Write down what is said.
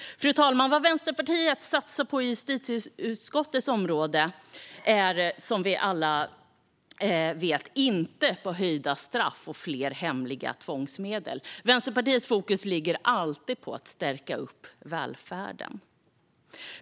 Fru talman! Vad Vänsterpartiet satsar på inom justitieutskottets område är, som vi alla vet, inte höjda straff och fler hemliga tvångsmedel. Vänsterpartiets fokus ligger alltid på att stärka välfärden.